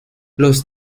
los